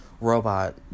robot